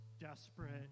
desperate